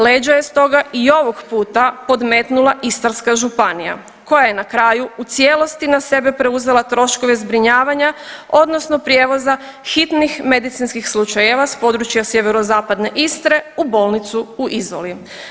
Leđa je, stoga i ovog puta podmetnula Istarska županija koja je na kraju u cijelosti na sebe preuzela troškove zbrinjavanja odnosno prijevoza hitnih medicinskih slučajeva s područja sjeverozapadne Istre u bolnicu u Izoli.